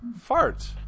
Fart